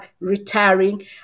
retiring